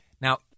Now